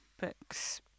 books